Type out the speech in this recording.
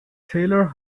taylor